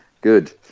Good